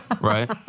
Right